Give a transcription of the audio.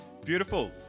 Beautiful